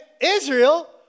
Israel